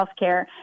healthcare